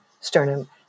sternum